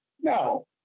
no